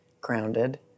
grounded